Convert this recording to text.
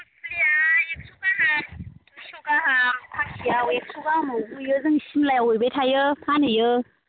गय फुलिया एकस' गाहाम देरस' गाहाम फांसेआव एकस' गाहामाव हैयो जों सिमलायाव होबाय थायो फानहैयो